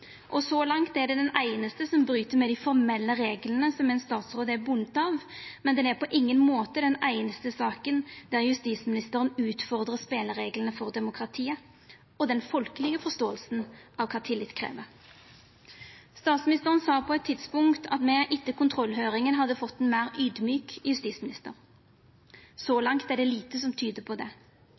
Så langt er ho den einaste som bryt med dei formelle reglane som ein statsråd er bunden av, men ho er på inga måte den einaste saka der justisministeren utfordrar spelereglane for demokratiet og den folkelege forståinga av kva tillit krev. Statsministeren sa på eit tidspunkt at me etter kontrollhøyringa hadde fått ein meir audmjuk justisminister. Så langt er det lite som tyder på det,